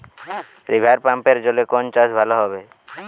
রিভারপাম্পের জলে কোন চাষ ভালো হবে?